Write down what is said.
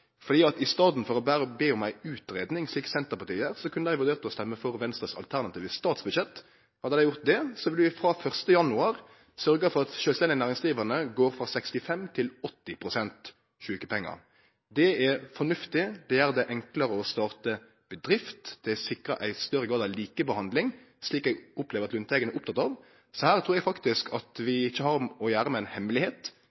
i staden for berre å be om ei utgreiing, slik Senterpartiet gjer, kunne dei vurdert å stemme for Venstres alternative statsbudsjett. Hadde dei gjort det, ville vi frå 1. januar sørgt for at sjølvstendig næringsdrivande går frå 65 pst. til 80 pst. når det gjeld sjukepengar. Det er fornuftig, det gjer det enklare å starte bedrift, og det sikrar større grad av likebehandling, slik eg opplever at Lundteigen er oppteken av. Så her trur eg faktisk at